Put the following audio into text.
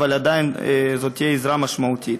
אבל עדיין זאת תהיה עזרה משמעותית.